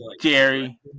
Jerry